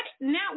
now